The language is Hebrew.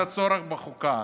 על הצורך בחוקה.